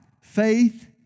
faith